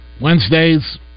Wednesdays